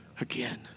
again